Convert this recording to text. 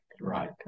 Right